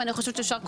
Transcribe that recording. ואני חושבת שאפשר,